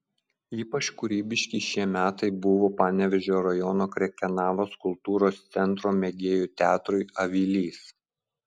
ypač kūrybiški šie metai buvo panevėžio rajono krekenavos kultūros centro mėgėjų teatrui avilys